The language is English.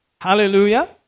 Hallelujah